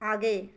आगे